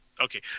Okay